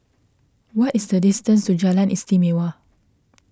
what is the distance to Jalan Istimewa